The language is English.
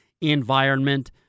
environment